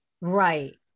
Right